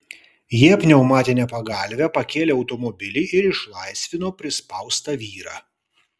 jie pneumatine pagalve pakėlė automobilį ir išlaisvino prispaustą vyrą